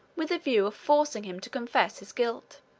with a view of forcing him to confess his guilt.